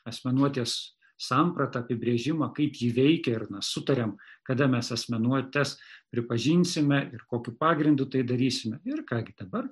asmenuotės sampratą apibrėžimą kaip ji veikia ir na sutarėm kada mes asmenuotes pripažinsime ir kokiu pagrindu tai darysime ir ką gi dabar